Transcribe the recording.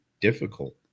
difficult